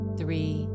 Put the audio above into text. three